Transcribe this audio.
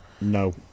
No